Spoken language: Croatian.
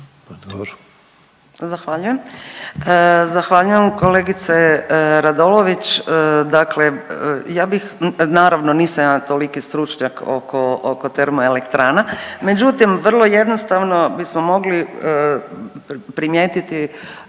(Možemo!)** Zahvaljujem kolegice Radolović. Dakle, ja bih naravno nisam ja toliki stručnjak oko termo elektrana. Međutim, vrlo jednostavno bismo mogli primijetiti